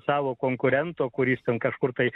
savo konkurento kuris ten kažkur tai